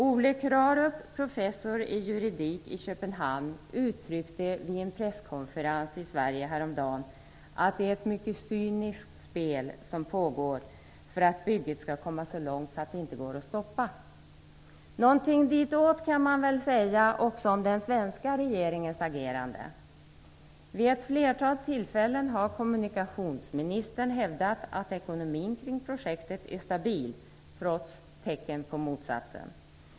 Ole Krarup, professor i juridik i Köpenhamn, uttryckte vid en presskonferens i Sverige häromdagen att det är ett mycket cyniskt spel som pågår för att bygget skall komma så långt att det inte går att stoppa. Någonting ditåt kan man även säga om den svenska regeringens agerande. Vid ett flertal tillfällen har kommunikationsministern hävdat att ekonomin kring projektet är stabil, trots tecken på motsatsen.